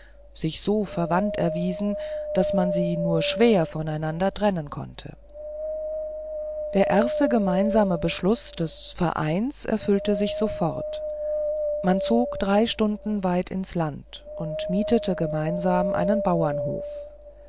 sich so verwandt erwiesen daß man sie nur schwer von einander trennen konnte der erste gemeinsame beschluß des vereins erfüllte sich sofort man zog drei stunden weit ins land und mietete gemeinsam einen bauernhof